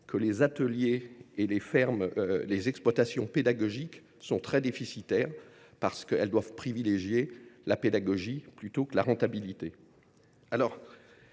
que les ateliers, les fermes et les exploitations pédagogiques sont très déficitaires, car ils doivent privilégier la pédagogie à la rentabilité.